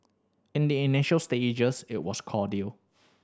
in the initial stages it was cordial